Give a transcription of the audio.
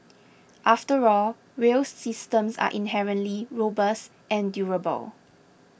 after all rail systems are inherently robust and durable